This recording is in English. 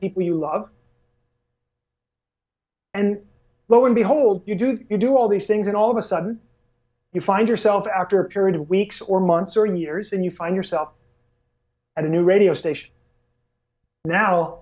people you love and lo and behold you do you do all these things and all of a sudden you find yourself after a period of weeks or months or years and you find yourself a new radio station now